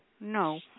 no